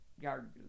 yard